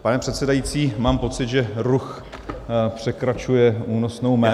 Pane předsedající, mám pocit, že ruch překračuje únosnou mez.